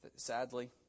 Sadly